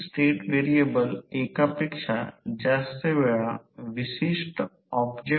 तर तांबे लॉस जेव्हा X X2 Wc